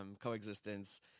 coexistence